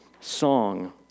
song